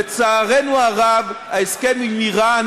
לצערנו הרב, ההסכם עם איראן